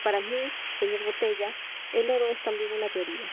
para mí señor botella el oro es también una teoría